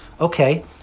Okay